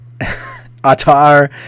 Atar